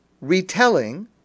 retelling